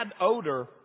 odor